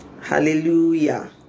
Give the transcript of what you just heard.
Hallelujah